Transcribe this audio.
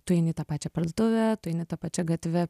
tu eini į tą pačią parduotuvę tu eini ta pačia gatve